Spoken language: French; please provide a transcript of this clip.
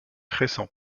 récent